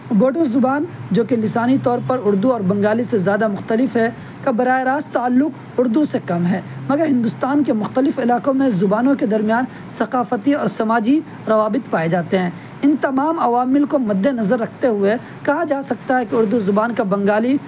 بوڈو زبان جو کہ لسانی طور پر اردو اور بنگالی سے زیادہ مختلف ہے کا براہ راست تعلق اردو سے کم ہے مگر ہندوستان کے مختلف علاقوں میں زبانوں کے درمیان ثقافتی اور سماجی روابط پائے جاتے ہیں ان تمام عوامل کو مد نظر رکھتے ہوئے کہا جا سکتا ہے کہ اردو زبان کا بنگالی